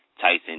Tyson